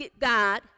God